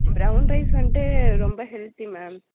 brown rice வந்துட்டு ரொம்ப healthy ma'am